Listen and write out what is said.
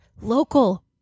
local